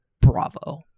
Bravo